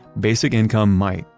basic income might,